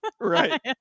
Right